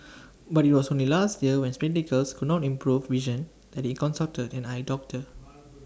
but IT was only last year when spectacles could not improve vision that he consulted an eye doctor